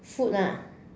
food lah